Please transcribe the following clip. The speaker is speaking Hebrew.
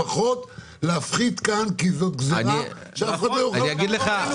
לפחות להפחית כאן כי זו גזירה שאף אחד לא יכול לעמוד בה.